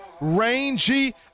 rangy